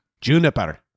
Juniper